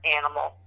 animal